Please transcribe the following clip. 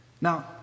Now